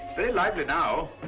very lively now